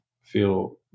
feel